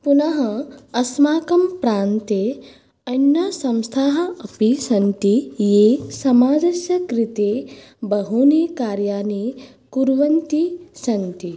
पुनः अस्माकं प्रान्ते अन्यसंस्थाः अपि सन्ति ये समाजस्य कृते बहूनि कार्याणि कुर्वन्ति सन्ति